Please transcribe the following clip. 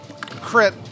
crit